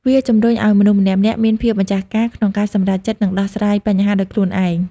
វាជំរុញឲ្យមនុស្សម្នាក់ៗមាន ភាពម្ចាស់ការ ក្នុងការសម្រេចចិត្ត និងដោះស្រាយបញ្ហាដោយខ្លួនឯង។